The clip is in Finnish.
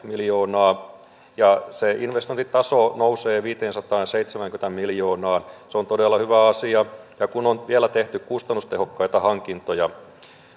miljoonaa ja se investointitaso nousee viiteensataanseitsemäänkymmeneen miljoonaan niin se on todella hyvä asia kun on vielä tehty kustannustehokkaita hankintoja